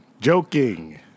Joking